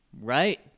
Right